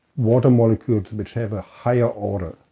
water molecules, which have a higher order,